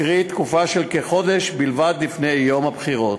קרי, תקופה של כחודש בלבד לפני יום הבחירות.